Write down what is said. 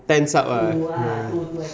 tense up ah ah